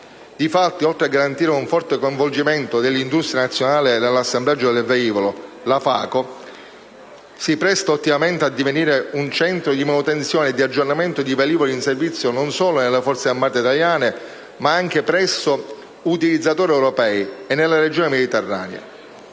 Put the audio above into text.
Difatti, oltre che garantire un forte coinvolgimento dell'industria nazionale nell'assemblaggio del velivolo, la FACO si presta ottimamente a divenire un centro di manutenzione e di aggiornamento dei velivoli in servizio, non solo nelle Forze armate italiane, ma anche presso gli utilizzatori europei e nella regione mediterranea.